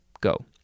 go